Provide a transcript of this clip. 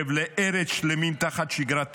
חבלי ארץ שלמים תחת שגרת טילים,